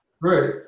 Right